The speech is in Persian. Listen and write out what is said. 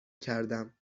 کردم